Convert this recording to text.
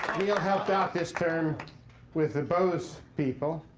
neil helped out this term with the bose people.